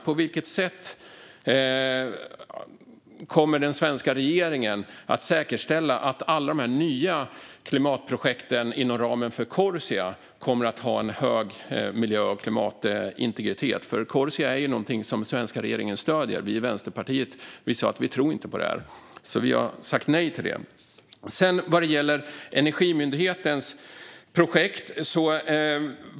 På vilket sätt kommer den svenska regeringen att säkerställa att alla nya klimatprojekt inom ramen för Corsia kommer att ha en hög miljö och klimatintegritet? Corsia är ju något som den svenska regeringen stöder. Vi i Vänsterpartiet sa: Vi tror inte på det här. Vi har sagt nej till det. Sedan gäller det Energimyndighetens projekt.